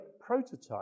prototype